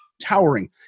Towering